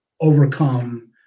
overcome